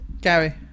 Gary